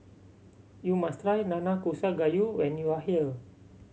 you must try Nanakusa Gayu when you are here